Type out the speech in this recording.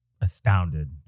astounded